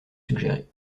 suggéré